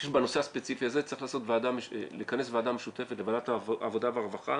שבנושא הספציפי הזה צריך לכנס ועדה משותפת לוועדת העבודה והרווחה